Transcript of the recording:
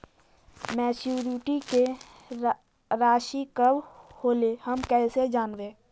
Maturity के रासि कब होलै हम कैसे जानबै?